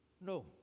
No